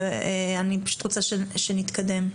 אני פשוט רוצה שנתקדם.